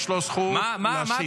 יש לו זכות להשיב.